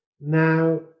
Now